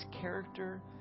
character